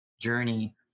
journey